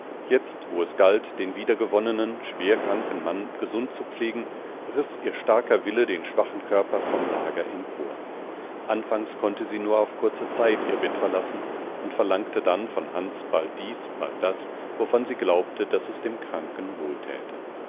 jetzt wo es galt den wiedergewonnenen schwerkranken mann gesund zu pflegen riß ihr starker wille den schwachen körper vom lager empor anfangs konnte sie nur auf kurze zeit ihr bett verlassen und verlangte dann von hans bald dies bald das wovon sie glaubte daß es dem kranken wohltäte